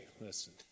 listen